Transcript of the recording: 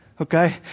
Okay